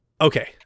Okay